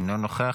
אינו נוכח.